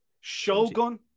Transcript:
Shogun